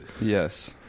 Yes